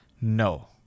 No